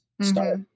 Start